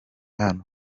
hano